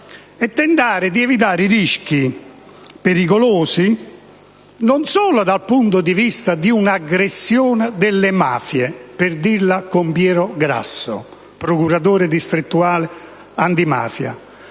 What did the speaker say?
tentare di evitare i rischi pericolosi dal punto di vista non solo di una aggressione delle mafie - per dirla con Pietro Grasso, procuratore distrettuale antimafia